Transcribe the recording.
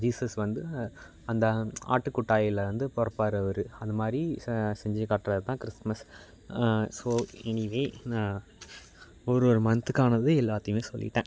Jesus வந்து அந்த ஆட்டுக்கொட்டாயில் வந்து பிறப்பாரு அவர் அந்த மாதிரி ச செஞ்சு காட்டுறது தான் கிறிஸ்மஸ் ஸோ எனிவே நான் ஒரு ஒரு மந்த்துக்கானது எல்லாத்தையுமே சொல்லிவிட்டேன்